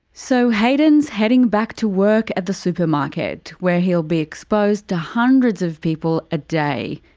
so hayden's heading back to work at the supermarket, where he'll be exposed to hundreds of people a day.